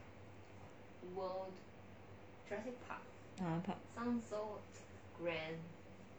ah park